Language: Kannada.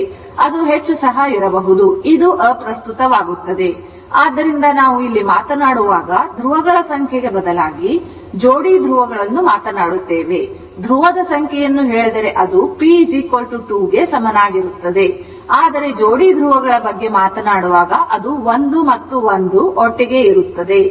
ಅದು ಹೆಚ್ಚು ಸಹ ಇರಬಹುದು ಇದು ಅಪ್ರಸ್ತುತವಾಗುತ್ತದೆ ಆದ್ದರಿಂದ ನಾವು ಇಲ್ಲಿ ಮಾತನಾಡುವಾಗ ಧ್ರುವಗಳ ಸಂಖ್ಯೆಗೆ ಬದಲಾಗಿ ಜೋಡಿ ಧ್ರುವಗಳನ್ನು ಮಾತನಾಡುತ್ತೇವೆ ಧ್ರುವದ ಸಂಖ್ಯೆಯನ್ನು ಹೇಳಿದರೆ ಈ ಸಂದರ್ಭದಲ್ಲಿ ಅದು p 2 ಕ್ಕೆ ಸಮಾನವಾಗಿರುತ್ತದೆ ಆದರೆ ಜೋಡಿ ಧ್ರುವಗಳ ಬಗ್ಗೆ ಮಾತನಾಡುವಾಗ ಅದು 1 ಮತ್ತು 1 ಒಟ್ಟಿಗೆ ಇರುತ್ತದೆ